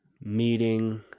Meeting